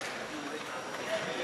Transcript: להצביע.